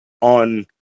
on